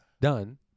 done